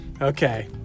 Okay